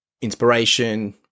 inspiration